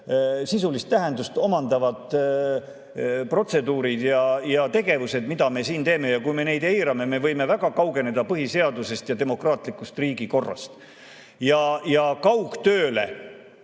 sisulist tähendust omavad protseduurid ja tegevused, mida me siin teeme, ning kui me neid eirame, siis me võime väga kaugeneda põhiseadusest ja demokraatlikust riigikorrast. Ja kaugtööle